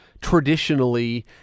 traditionally